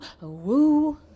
woo